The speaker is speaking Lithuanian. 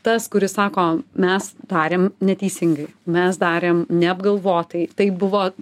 tas kuris sako mes darėm neteisingai mes darėm neapgalvotai tai buvo